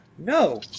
No